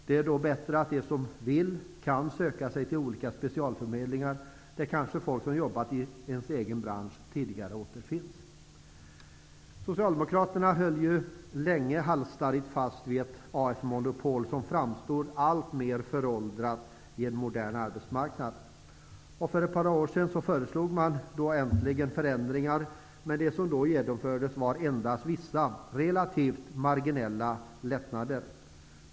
Det är då bättre att de som vill kan söka sig till olika specialförmedlingar, där kanske folk som tidigare jobbat i samma bransch återfinns. Socialdemokraterna höll länge halsstarrigt fast vid ett AF-monopol, som framstod alltmer föråldrat i en modern arbetsmarknad. För ett par år sedan föreslog man äntligen förändringar, men det som då genomfördes var endast vissa relativt marginella lättnader.